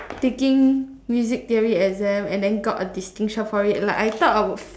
taking music theory exam and then got a distinction for it like I thought I would